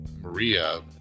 Maria